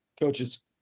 coaches